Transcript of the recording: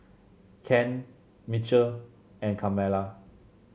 Ken Mitchell and Carmela